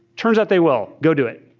turns out they will. go do it.